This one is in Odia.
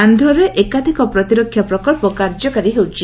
ଆନ୍ଧ୍ରରେ ଏକାଧିକ ପ୍ରତିରକ୍ଷା ପ୍ରକଳ୍ପ କାର୍ଯ୍ୟକାରୀ ହେଉଛି